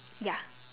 ya